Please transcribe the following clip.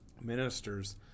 ministers